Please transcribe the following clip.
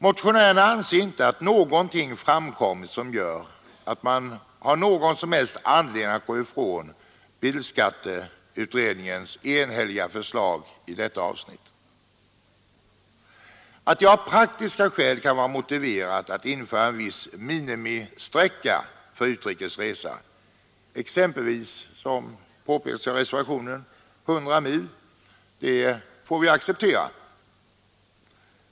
Motionärerna anser inte att någonting framkommit som gör att man har någon som helst anledning att gå ifrån bilskatteutredningens enhälliga förslag i detta avsnitt. Att det av praktiska skäl kan vara motiverat att införa en viss minimisträcka för utrikes resa, exempelvis — som påpekas i reservationen — 100 mil, får vi acceptera.